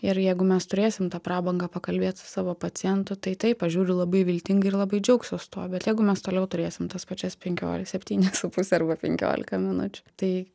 ir jeigu mes turėsim tą prabangą pakalbėt savo pacientu tai taip aš žiūriu labai viltingai ir labai džiaugsiuos tuo bet jeigu mes toliau turėsim tas pačias penkio septynias su puse arba penkiolika minučių tai